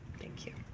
thank you.